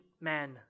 man